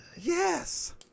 Yes